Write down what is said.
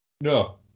No